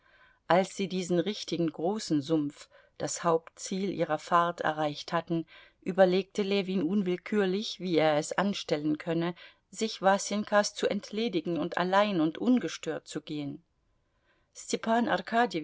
als sie diesen richtigen großen sumpf das hauptziel ihrer fahrt erreicht hatten überlegte ljewin unwillkürlich wie er es anstellen könne sich wasenkas zu entledigen und allein und ungestört zu gehen stepan